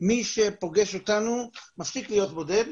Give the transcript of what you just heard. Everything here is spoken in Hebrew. מי שפוגש אותנו מפסיק להיות בודד,